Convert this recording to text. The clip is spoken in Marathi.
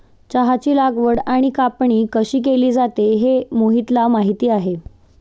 चहाची लागवड आणि कापणी कशी केली जाते हे मोहितला माहित आहे